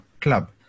club